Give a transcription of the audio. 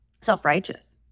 self-righteous